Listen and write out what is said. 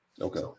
okay